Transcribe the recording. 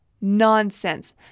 Nonsense